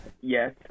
Yes